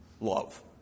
love